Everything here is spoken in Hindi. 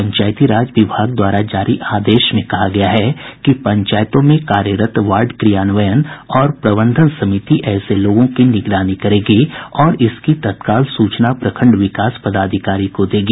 पंचायती राज विभाग द्वारा जारी आदेश में कहा गया है कि पंचायतों में कार्यरत वार्ड क्रियान्वयन और प्रबंधन समिति ऐसे लोगों की निगरानी करेगी और इसकी तत्काल सूचना प्रखंड विकास पदाधिकारी को देगी